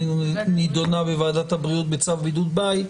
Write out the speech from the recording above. אלא נדונה בוועדת הבריאות בצו בידוד בית: